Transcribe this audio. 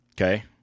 Okay